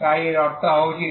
তাই এর অর্থ হওয়া উচিত